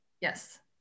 yes